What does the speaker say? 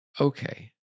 okay